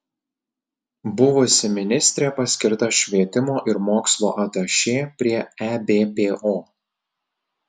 buvusi ministrė paskirta švietimo ir mokslo atašė prie ebpo